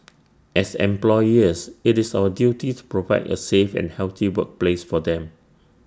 as employers IT is our duty to provide A safe and healthy workplace for them